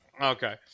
Okay